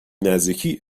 نزدیکی